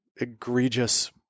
egregious